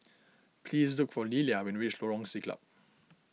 please look for Lillia when you reach Lorong Siglap